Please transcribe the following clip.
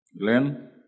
Glenn